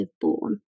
born